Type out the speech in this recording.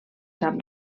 sap